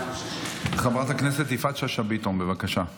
חברת הכנסת יפעת שאשא ביטון, בבקשה.